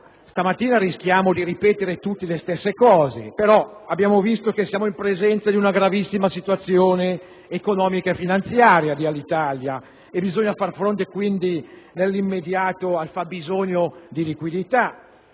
Stamattina rischiamo di ripetere tutti le stesse cose, però abbiamo visto che, essendo in presenza della gravissima situazione economico-finanziaria di Alitalia, bisogna far fronte, nell'immediato, al fabbisogno di liquidità.